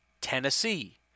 Tennessee